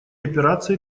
операции